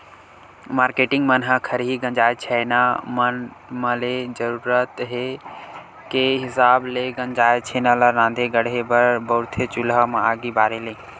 marketing मन ह खरही गंजाय छैना मन म ले जरुरत के हिसाब ले गंजाय छेना ल राँधे गढ़हे बर बउरथे चूल्हा म आगी बारे ले